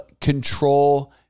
control